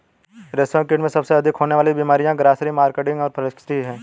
रेशमकीट में सबसे अधिक होने वाली बीमारियां ग्रासरी, मस्कार्डिन और फ्लैचेरी हैं